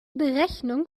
berechnung